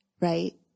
right